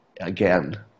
again